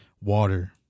water